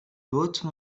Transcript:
haute